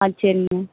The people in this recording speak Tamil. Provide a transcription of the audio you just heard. ஆ சரிங்க மேம்